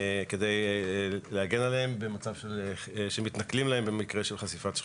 כדי להגן עליהם במצב שמתנכלים להם במקרה של חשיפת שחיתות.